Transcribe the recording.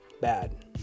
bad